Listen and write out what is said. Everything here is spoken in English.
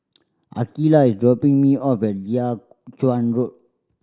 Akeelah is dropping me off at Chuan Road